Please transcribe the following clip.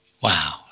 Wow